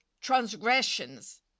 transgressions